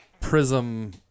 prism